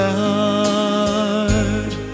heart